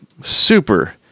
super